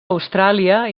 austràlia